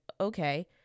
Okay